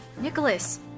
Nicholas